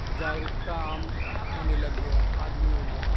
جاگرکتا عام ہونے لگ گیا آدمیوں میں